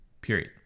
period